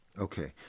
Okay